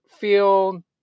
feel